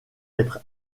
être